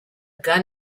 gun